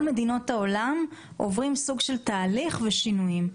מדינות העולם עוברים סוג של תהליך ושינויים.